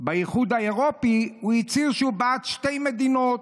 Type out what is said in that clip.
באיחוד האירופי, הוא הצהיר שהוא בעד שתי מדינות.